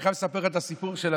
אני חייב לספר לך את הסיפור הזה,